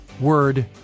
word